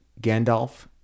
Gandalf